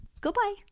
Goodbye